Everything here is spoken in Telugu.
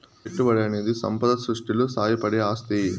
పెట్టుబడనేది సంపద సృష్టిలో సాయపడే ఆస్తి